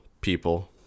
people